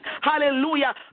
Hallelujah